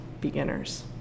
beginners